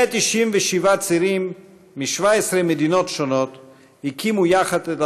197 צירים מ-17 מדינות שונות הקימו יחד את